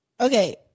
Okay